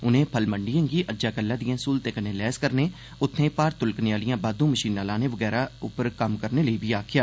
उनें फल मंडिएं गी अज्जै कल्लै दिएं सहूलतें कन्नै लैस करने उत्थें भार तुलकने आलियां बाद्दू मषीनां लाने बगैरा उप्पर कम्म करने लेई आक्खेआ